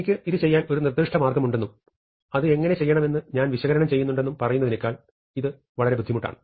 എനിക്ക് ഇത് ചെയ്യാൻ ഒരു നിർദ്ദിഷ്ട മാർഗമുണ്ടെന്നും അത് എങ്ങനെ ചെയ്യണമെന്ന് ഞാൻ വിശകലനം ചെയ്യുന്നുണ്ടെന്നും പറയുന്നതിനേക്കാൾ ഇത് വളരെ ബുദ്ധിമുട്ടാണ്